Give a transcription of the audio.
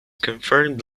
confirmed